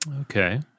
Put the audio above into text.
Okay